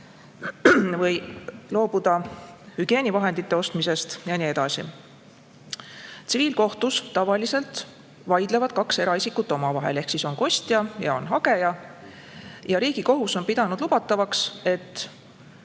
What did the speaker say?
või loobuda hügieenivahendite ostmisest ja nii edasi. Tsiviilkohtus tavaliselt vaidlevad kaks eraisikut omavahel ehk siis on kostja ja hageja. Ja Riigikohus on pidanud lubatavaks, et